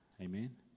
amen